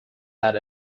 had